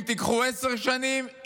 אם תיקחו עשר שנים,